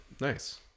Nice